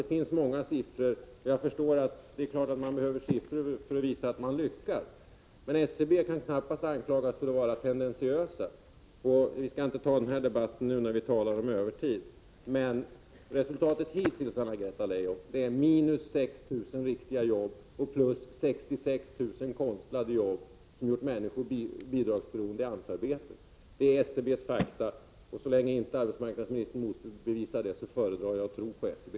Det finns många siffror, och det är klart att man behöver siffror för att visa att man lyckats. SCB kan knappast anklagas för att vara tendentiös. Men vi skall inte ta upp denna fråga nu när vi talar om övertid. Resultatet hittills, Anna-Greta Leijon, är minus 6 000 riktiga jobb och 66 000 konstlade jobb som gjort människorna bidragsberoende, dvs. AMS arbeten. Det är SCB:s fakta. Så länge arbetsmarknadsministern inte kan motbevisa dessa föredrar jag att tro på SCB.